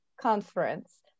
conference